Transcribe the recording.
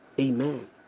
Amen